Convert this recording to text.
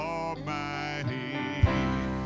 Almighty